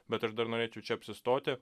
bet aš dar norėčiau čia apsistoti